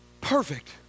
perfect